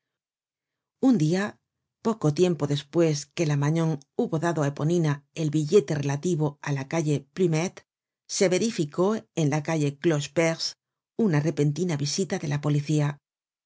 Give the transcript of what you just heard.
un dia poco tiempo despues que la magnon hubo dado á eponina el billete relativo á la calle plumet se verificó en la calle cloche perce una repentina visita de la policía la